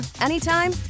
anytime